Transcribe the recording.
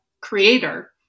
creator